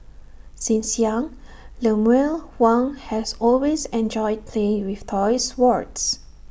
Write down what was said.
since young Lemuel Huang has always enjoyed playing with toy swords